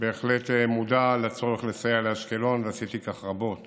ובהחלט מודע לצורך לסייע לאשקלון, ועשיתי כך רבות